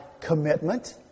commitment